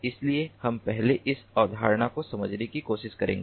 इसलिए हम पहले इस अवधारणा को समझने की कोशिश करेंगे